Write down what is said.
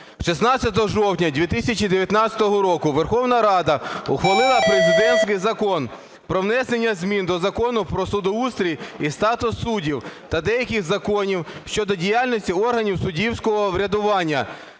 16 жовтня 2019 року Верховна Рада ухвалила президентський Закон "Про внесення змін до Закону "Про судоустрій та статус суддів" та деяких законів України щодо діяльності органів суддівського врядування".